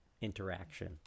interaction